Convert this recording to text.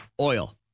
Oil